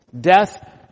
death